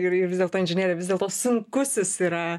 ir ir vis dėlto inžinerija vis dėlto sunkusis yra